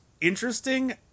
interesting